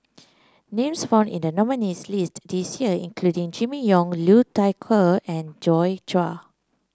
names found in the nominees' list this year include Jimmy Ong Liu Thai Ker and Joi Chua